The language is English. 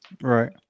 right